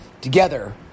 Together